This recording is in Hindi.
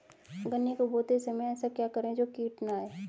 गन्ने को बोते समय ऐसा क्या करें जो कीट न आयें?